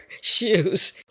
shoes